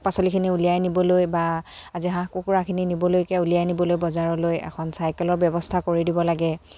পাচলিখিনি উলিয়াই নিবলৈ বা আজি হাঁহ কুকুৰাখিনি নিবলৈকে উলিয়াই নিবলৈ বজাৰলৈ এখন চাইকেলৰ ব্যৱস্থা কৰি দিব লাগে